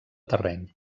terreny